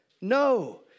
No